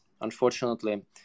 unfortunately